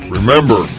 Remember